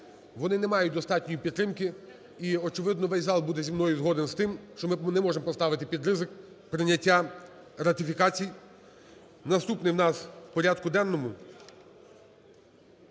вони не мають достатньої підтримки. І очевидно, весь зал буде зі мною згодний з тим, що ми не можемо поставити під ризик прийняттяратифікацій. Наступний у нас в порядку денному